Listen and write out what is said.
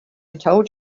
told